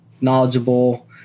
knowledgeable